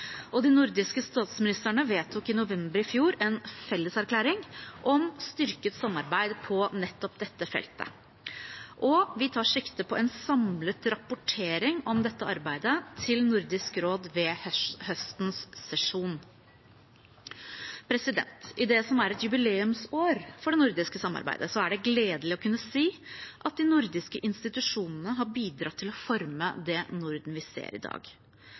De nordiske statsministerne vedtok i november i fjor en felleserklæring om styrket samarbeid på nettopp dette feltet. Vi tar sikte på en samlet rapportering om dette arbeidet til Nordisk råd ved høstens sesjon. I det som er et jubileumsår for det nordiske samarbeidet, er det gledelig å kunne si at de nordiske institusjonene har bidratt til å forme det Norden vi ser i dag.